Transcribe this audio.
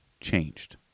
changed